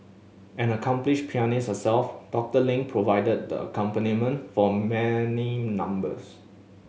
an accomplished pianist herself Doctor Ling provided the accompaniment for many numbers